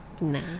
nah